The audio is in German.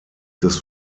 des